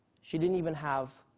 she didn't even have